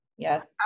Yes